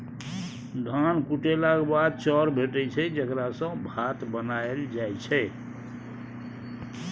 धान कुटेलाक बाद चाउर भेटै छै जकरा सँ भात बनाएल जाइ छै